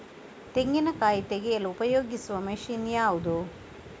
ತೆಂಗಿನಕಾಯಿ ತೆಗೆಯಲು ಉಪಯೋಗಿಸುವ ಮಷೀನ್ ಯಾವುದು?